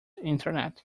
internet